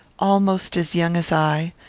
almost as young as i,